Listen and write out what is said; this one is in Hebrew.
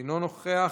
אינו נוכח,